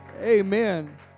Amen